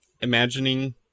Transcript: imagining